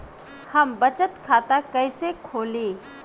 हम बचत खाता कइसे खोलीं?